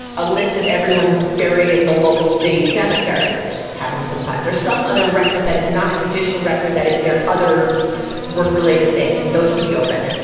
a list of everyone buried in the local city cemetery. which happens sometimes. or some other record that is not a judicial record that is their other work related things. and those can be open.